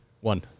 One